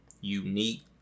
unique